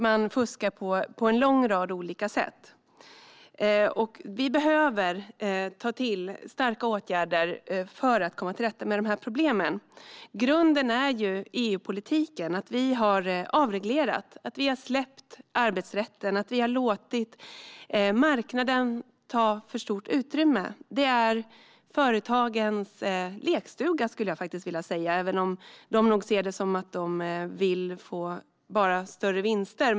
Det fuskas på en lång rad olika sätt, och vi behöver vidta starka åtgärder för att komma till rätta med problemen. Grunden är ju EU-politiken - att vi har avreglerat, släppt arbetsrätten och låtit marknaden ta för stort utrymme. Det är företagens lekstuga, skulle jag faktiskt vilja säga, även om de nog ser det som att de bara vill få större vinster.